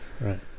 right